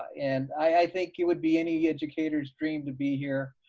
and i think it would be any educator's dream to be here.